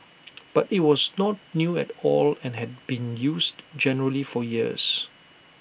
but IT was not new at all and had been used generally for years